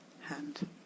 hand